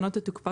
לשנות את תוקפן,